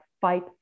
fight